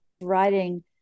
writing